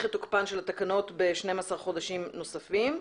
את תוקפן של התקנות ב-12 חודשים נוספים.